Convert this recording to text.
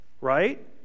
right